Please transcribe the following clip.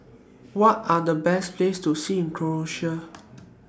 What Are The Best Place to See in Croatia